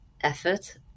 effort